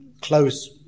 close